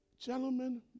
gentlemen